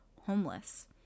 homeless